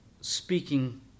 speaking